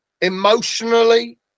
emotionally